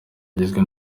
agizwe